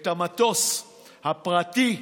את המטוס הפרטי,